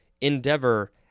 endeavor